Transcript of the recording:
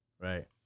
right